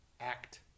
Act